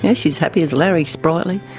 yeah she's happy as larry, sprightly.